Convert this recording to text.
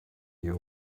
you